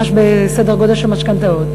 ממש בסדר גודל של משכנתאות.